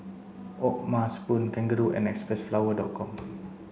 O'ma spoon Kangaroo and Xpressflower dot com